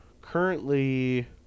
currently